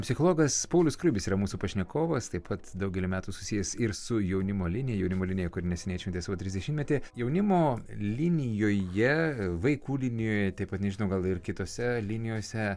psichologas paulius skruibis yra mūsų pašnekovas taip pat daugelį metų susijęs ir su jaunimo linija jaunimo linija kuri neseniai atšventė savo trisdešimtmetį jaunimo linijoje vaikų linijoje taip pat nežinau gal ir kitose linijose